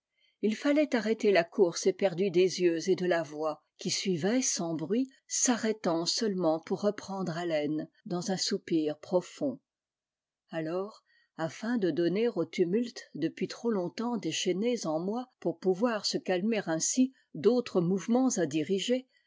il fallait arrêter la course éperdue des yeux et de la voix qui suivait sans bruit s'arrêtant seulement pour reprendre haleine dans un soupir profond alors afin de donner aux tumultes depuis trop longtemps déchaînés en moi pour pouvoir se calmer ainsi d'autres mouvements à diriger